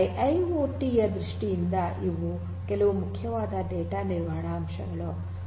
IIoT ಯ ದೃಷ್ಟಿಯಿಂದ ಇವು ಕೆಲವು ಮುಖ್ಯವಾದ ಡೇಟಾ ನಿರ್ವಹಣಾ ಅಂಶಗಳು